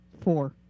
Four